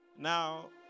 Now